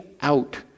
out